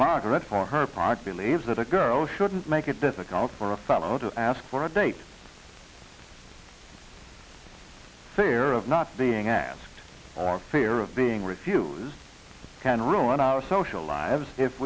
margret for her product believes that a girl shouldn't make it difficult for a fellow to ask for a date it's fear of not being asked or fear of being refused can ruin our social lives if